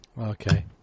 Okay